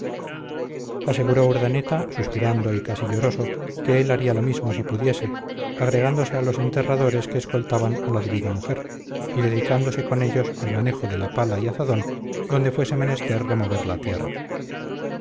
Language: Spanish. aseguró urdaneta suspirando y casi lloroso que él haría lo mismo si pudiese agregándose a los enterradores que escoltaban a la divina mujer y dedicándose con ellos al manejo de la pala y azadón donde fuese menester remover la tierra